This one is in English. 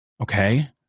Okay